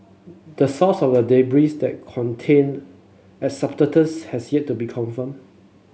the source of the debris that contained asbestos has yet to be confirmed